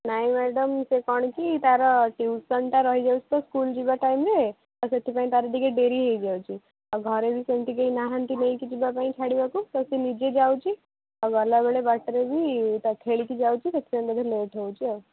ନାହିଁ ମ୍ୟାଡ଼ାମ ସେ କ'ଣ କି ତାର ଟ୍ୟୁସନଟା ରହିଯାଉଛି ତ ସ୍କୁଲ ଯିବା ଟାଇମ୍ରେ ଆଉ ସେଥିପାଇଁ ତାର ଟିକେ ଡେରି ହେଇଯାଉଛି ଆଉ ଘରେ ବି ସେମିତି କେହି ନାହାନ୍ତି ନେଇକି ଯିବା ପାଇଁ ଛାଡ଼ିବାକୁ ତ ସେ ନିଜେ ଯାଉଛି ଆଉ ଗଲା ବେଳେ ବାଟରେ ବି ତ ଖେଳିକି ଯାଉଛି ସେଥିପାଇଁ ବୋଧେ ଲେଟ୍ ହେଉଛି ଆଉ